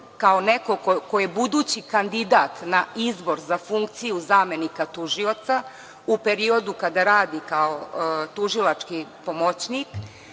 koji kao budući kandidat na izbor za funkciju zamenika tužioca, u periodu kada radi kao tužilački pomoćnik,